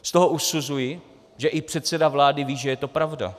Z toho usuzuji, že i předseda vlády ví, že je to pravda.